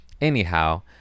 anyhow